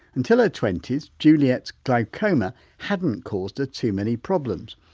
until her twenty s juliette's glaucoma hadn't caused her too many problems.